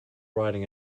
riding